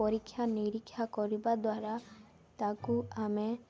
ପରୀକ୍ଷା ନିରୀକ୍ଷା କରିବା ଦ୍ୱାରା ତାକୁ ଆମେ